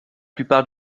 plupart